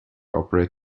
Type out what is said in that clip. operate